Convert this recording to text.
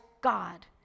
God